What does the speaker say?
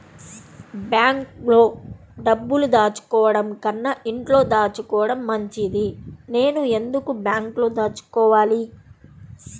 బ్యాంక్లో డబ్బులు దాచుకోవటంకన్నా ఇంట్లో దాచుకోవటం మంచిది నేను ఎందుకు బ్యాంక్లో దాచుకోవాలి?